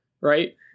right